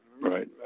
right